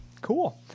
Cool